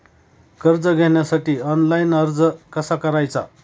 कर्ज घेण्यासाठी ऑनलाइन अर्ज कसा करायचा?